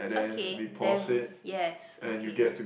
okay then yes okay